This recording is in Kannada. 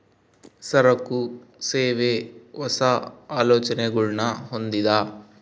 ಸರಕು, ಸೇವೆ, ಹೊಸ, ಆಲೋಚನೆಗುಳ್ನ ಹೊಂದಿದ